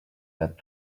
that